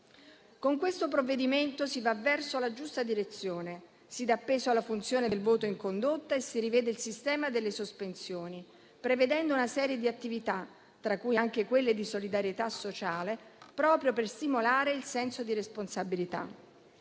Con questo provvedimento si va verso la giusta direzione; si dà peso alla funzione del voto in condotta e si rivede il sistema delle sospensioni, prevedendo una serie di attività, tra cui anche quelle di solidarietà sociale, proprio per stimolare il senso di responsabilità.